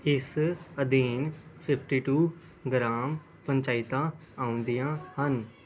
ਇਸ ਅਧੀਨ fifty two ਗ੍ਰਾਮ ਪੰਚਾਇਤਾਂ ਆਉਂਦੀਆਂ ਹਨ